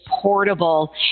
portable